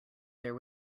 there